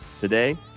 Today